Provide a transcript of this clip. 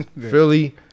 Philly